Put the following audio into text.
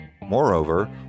Moreover